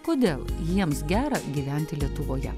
kodėl jiems gera gyventi lietuvoje